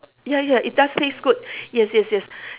ya ya it does taste good yes yes yes